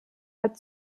hat